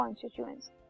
constituents